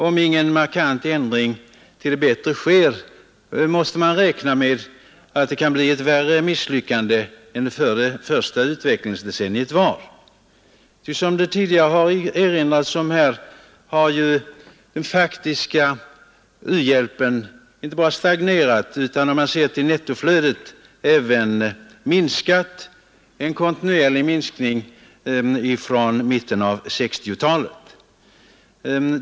Om ingen markant ändring till det bättre sker, måste man räkna med att det kan bli ett värre misslyckande än det första utvecklingsdecenniet var. Som det tidigare har erinrats om här har den faktiska u-hjälpen inte bara stagnerat utan, om man ser till nettoflödet, även minskat kontinuerligt från mitten av 1960-talet.